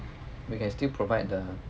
we can still provide the